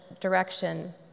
direction